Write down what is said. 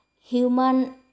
human